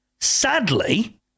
sadly